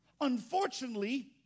Unfortunately